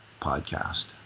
podcast